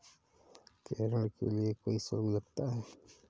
क्या ऋण के लिए कोई शुल्क लगता है?